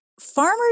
Farmers